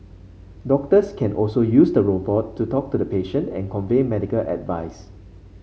doctors can also use the robot to talk to the patient and convey medical advice